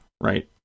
right